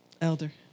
Elder